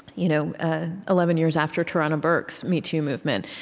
you know ah eleven years after tarana burke's me too movement,